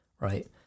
right